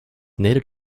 native